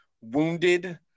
wounded